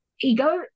ego